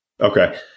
Okay